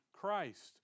Christ